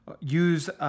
use